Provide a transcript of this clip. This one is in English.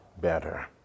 better